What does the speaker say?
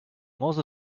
most